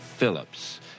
Phillips